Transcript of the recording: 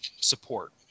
support